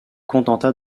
contenta